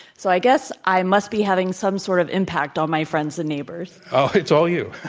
so, i guess i must be having some sort of impact on my friends and neighbors. oh, it's all you?